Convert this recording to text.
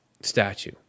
statue